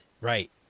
right